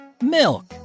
milk